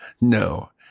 No